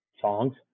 songs